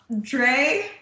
Dre